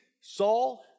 Saul